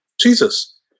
Jesus